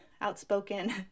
outspoken